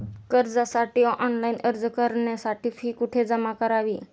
कर्जासाठी ऑनलाइन अर्ज करण्यासाठी फी कुठे जमा करावी?